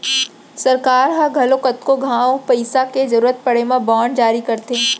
सरकार ह घलौ कतको घांव पइसा के जरूरत परे म बांड जारी करथे